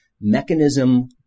mechanism